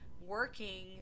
working